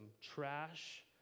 trash